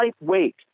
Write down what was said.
lightweight